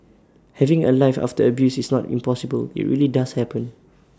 having A life after abuse is not impossible IT really does happen